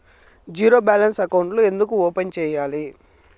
zero balance అకౌంట్లు ఎందుకు open సేయాలి